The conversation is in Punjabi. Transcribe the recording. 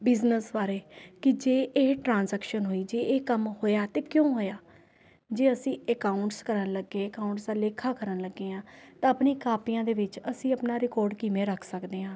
ਬਿਜ਼ਨਸ ਬਾਰੇ ਕਿ ਜੇ ਇਹ ਟਰਾਂਜ਼ੈਕਸ਼ਨ ਹੋਈ ਜੇ ਇਹ ਕੰਮ ਹੋਇਆ ਅਤੇ ਕਿਉਂ ਹੋਇਆ ਜੇ ਅਸੀਂ ਅਕਾਊਂਟਸ ਕਰਨ ਲੱਗੇ ਅਕਾਊਂਟਸ ਦਾ ਲੇਖਾ ਕਰਨ ਲੱਗੇ ਹਾਂ ਤਾਂ ਆਪਣੀ ਕਾਪੀਆਂ ਦੇ ਵਿੱਚ ਅਸੀਂ ਆਪਣਾ ਰਿਕੋਰਡ ਕਿਵੇਂ ਰੱਖ ਸਕਦੇ ਹਾਂ